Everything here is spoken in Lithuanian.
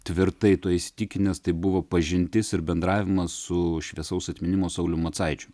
tvirtai tuo įsitikinęs tai buvo pažintis ir bendravimas su šviesaus atminimo sauliumi macaičiu